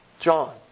John